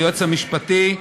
היועץ המשפטי,